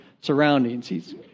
surroundings